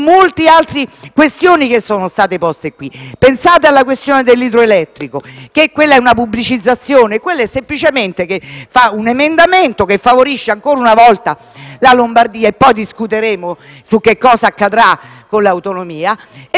molte altre questioni che sono state poste in questa sede. Pensate al tema dell'idroelettrico: quella è una pubblicizzazione? È semplicemente un emendamento che favorisce ancora una volta la Lombardia (poi discuteremo su cosa accadrà con l'autonomia) e